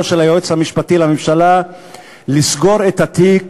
של היועץ המשפטי לממשלה לסגור את התיק